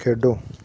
ਖੇਡੋ